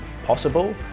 possible